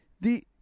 The-